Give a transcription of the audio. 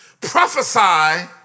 Prophesy